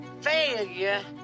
failure